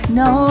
no